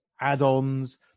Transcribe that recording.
add-ons